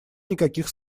никаких